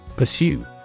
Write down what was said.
Pursue